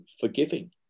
forgiving